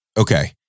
Okay